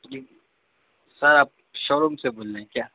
جی sir آپ showroom سے بول رہے ہیں کیا